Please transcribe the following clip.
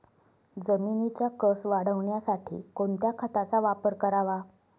जमिनीचा कसं वाढवण्यासाठी कोणत्या खताचा वापर करावा?